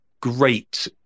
great